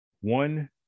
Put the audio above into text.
One